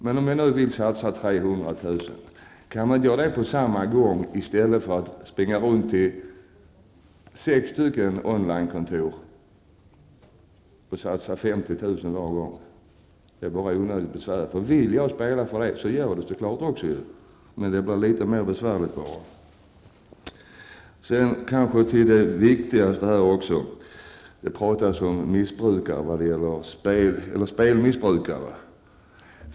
Men om jag vill satsa 300 000 kr., varför kan jag inte göra det på ett och samma ställe, på en och samma gång, i stället för att springa till sex on-line-kontor och satsa 50 000 varje gång. Det är onödigt besvärligt. Om jag vill spela för så mycket pengar gör jag naturligtvis det på ett och samma ställe. Sedan till det viktigaste: Det talas om spelmissbrukare.